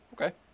okay